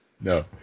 No